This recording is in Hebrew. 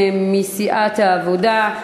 מסיעת העבודה,